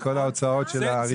כל ההוצאות של הריפוי והפציעה?